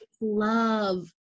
love